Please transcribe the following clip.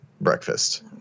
breakfast